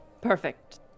Perfect